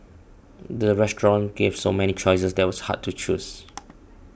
the restaurant gave so many choices that was hard to choose